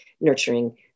nurturing